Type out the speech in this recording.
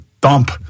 dump